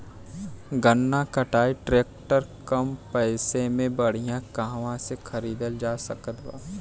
गन्ना कटाई ट्रैक्टर कम पैसे में बढ़िया कहवा से खरिदल जा सकत बा?